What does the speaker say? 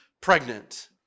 pregnant